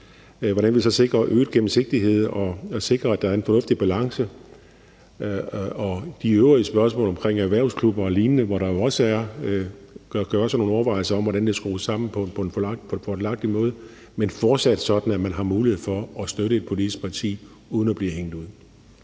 hvordan vi så sikrer øget gennemsigtighed og sikrer, at der er en fornuftig balance, og der er de øvrige spørgsmål omkring erhvervsklubber og lignende, som man jo også kan gøre sig nogle overvejelser om hvordan kan skrues sammen på en fordelagtig måde, men fortsat sådan, at man har mulighed for at støtte et politisk parti uden at blive hængt ud.